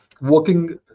working